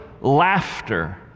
laughter